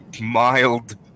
mild